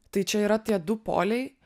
tai čia yra tie du poliai